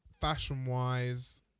Fashion-wise